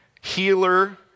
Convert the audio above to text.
healer